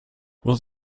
will